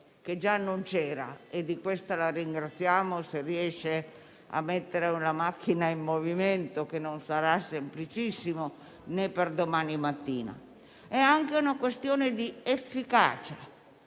è anche una questione di efficacia.